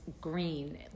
green